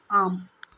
ஆம்